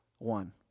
One